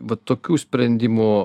va tokių sprendimų